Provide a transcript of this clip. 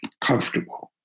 comfortable